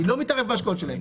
אני לא מתערב בהשקעות שלהם,